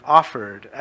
offered